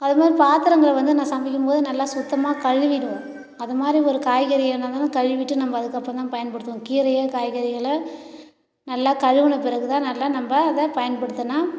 அது மாரி பாத்திரங்கள வந்து நான் சமைக்கும் போது நல்லா சுத்தமாக கழுவிவிடுவேன் அது மாரி ஒரு காய்கறி என்ன இருந்தாலும் கழுவிவிட்டு நம்ப அதுக்கு அப்பறம்தான் பயன்படுத்துவோம் கீரையை காய்கறிகளை நல்லா கழுவின பிறகுதான் நல்லா நம்ப அதை பயன்படுத்தினா